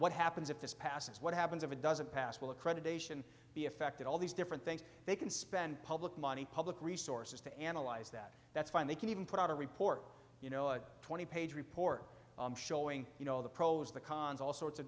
what happens if this passes what happens if it doesn't pass will accreditation be affected all these different things they can spend public money public resources to analyze that that's fine they can even put out a report you know a twenty page report showing you know the pros the cons all sorts of